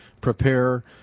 prepare